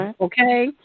Okay